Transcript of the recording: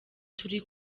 turi